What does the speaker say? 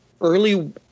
early